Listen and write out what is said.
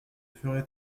ferai